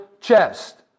chest